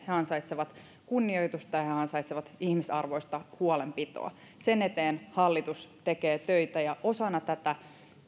he ansaitsevat kunnioitusta ja he ansaitsevat ihmisarvoista huolenpitoa sen eteen hallitus tekee töitä ja osana tätä